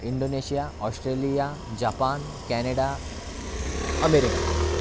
Indonesia Australia Japan Canada America